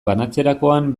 banatzerakoan